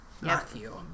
Matthew